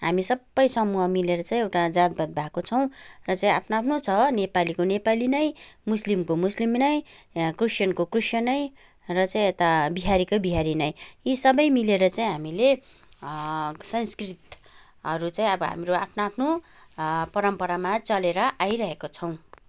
हामी सबै समूह मिलेर चाहिँ एउटा जातभात भएको छौँ र चाहिँ आफ्नो आफ्नो छ नेपालीको नेपाली नै मुस्लिमको मुस्लिम नै क्रिस्चियनको क्रिस्चियन नै र चाहिँ यता बिहारीको बिहारी नै यी सबै मिलेर चाहिँ हामीले संस्कृतहरू चाहिँ अब हाम्रो आफ्नो आफ्नो परम्परामा चलेर आइरहेको छौँ